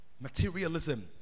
Materialism